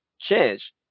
change